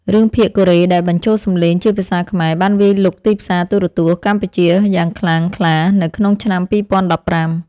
រឿងភាគកូរ៉េដែលបញ្ចូលសំឡេងជាភាសាខ្មែរបានវាយលុកទីផ្សារទូរទស្សន៍កម្ពុជាយ៉ាងខ្លាំងក្លានៅក្នុងឆ្នាំ ២០១៥។